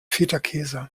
fetakäse